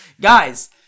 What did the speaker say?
guys